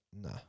Nah